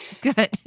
Good